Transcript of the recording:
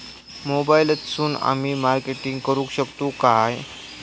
मोबाईलातसून आमी मार्केटिंग करूक शकतू काय?